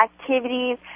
activities